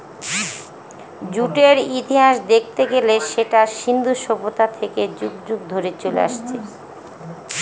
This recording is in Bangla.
জুটের ইতিহাস দেখতে গেলে সেটা সিন্ধু সভ্যতা থেকে যুগ যুগ ধরে চলে আসছে